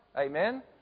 Amen